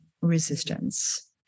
resistance